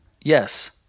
Yes